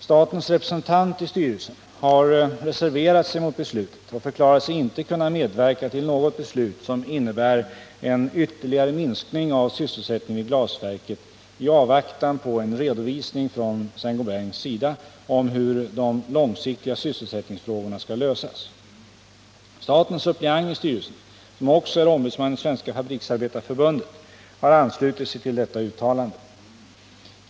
Statens representant i styrelsen har reserverat sig mot beslutet och förklarat sig inte kunna medverka till något beslut som innebär en ytterligare minskning av sysselsättningen vid glasverket i avvaktan på en redovisning från Saint Gobains sida om hur de långsiktiga sysselsättningsfrågorna skall lösas. Statens suppleant i styrelsen, som också är ombudsman i Svenska fabriksarbetareförbundet, har anslutit sig till detta uttalande.